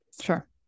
Sure